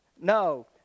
No